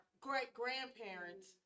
great-grandparents